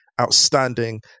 outstanding